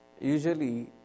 Usually